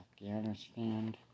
Afghanistan